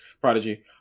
Prodigy